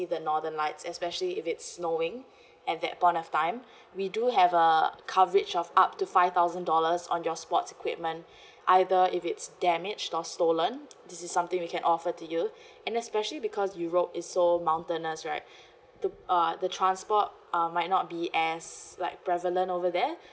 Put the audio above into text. the northern lights especially if it's snowing at that point of time we do have a coverage of up to five thousand dollars on your sports equipment either if it's damaged or stolen this is something we can offer to you and especially because europe is so mountainous right to uh the transport um might not be as like prevalent over there